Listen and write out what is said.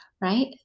right